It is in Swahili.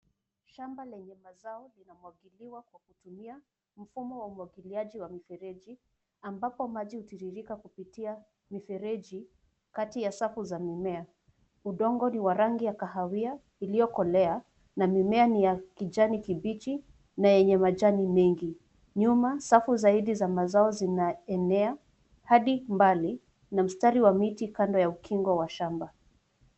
Shamba lenye mazao linamwagiliwa kwa kutumia mfumo wa umwagiliaji wa mfereji ambapo maji hutiririka kupitia mifereji kati ya sako za mimea. Udongo ni wa rangi ya kahawia iliyokolea na mimea ni ya kijani kibichi na yenye majani mengi, nyuma safu zaidi za mazao zinaenea hadi mbali na mstari wa miti kando ya ukingo wa shamba.